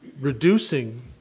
reducing